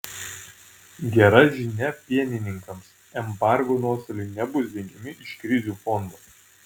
gera žinia pienininkams embargo nuostoliai nebus dengiami iš krizių fondo